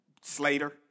Slater